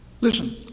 Listen